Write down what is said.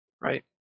Right